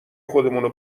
خودمونه